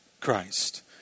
Christ